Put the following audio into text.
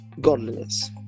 godliness